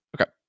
Okay